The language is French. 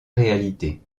réalité